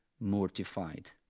mortified